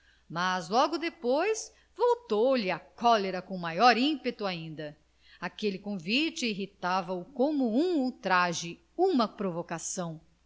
mas logo depois voltou-lhe a cólera com mais ímpeto ainda aquele convite irritava o como um ultraje uma provocação